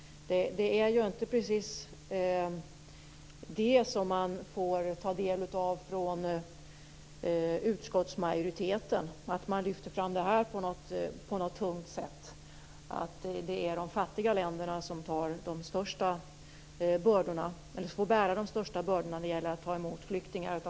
Det är inte precis så att utskottsmajoriteten på något tungt sätt lyfter fram att det är de fattiga länderna som får bära de största bördorna när det gäller att ta emot flyktingar.